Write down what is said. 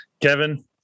Kevin